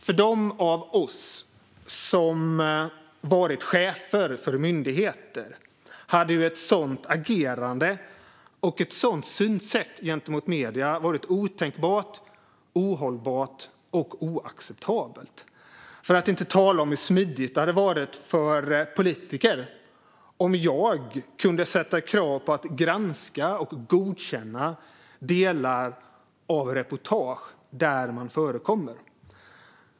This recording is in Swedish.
För dem av oss som varit chefer för myndigheter hade ett sådant agerande och ett sådant synsätt gentemot medier varit otänkbart, ohållbart och oacceptabelt. För att inte tala om hur smidigt det hade varit för politiker om man kunde sätta krav på att granska och godkänna delar av reportage där man förekommer.